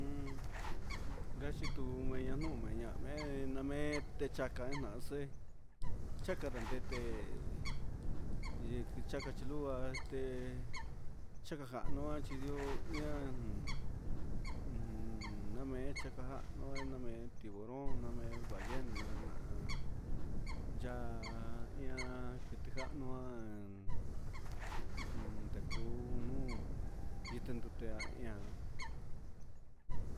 Namei quiti jahnu ndandaqui cuu cachi cuni mee chi nuun ñende niu nundajuaha see canda ndiu ujun temasoha ñee ñehe helado tihin quiti cuiche ñehen inca tucu lado ndia cuahan ian ñenuee.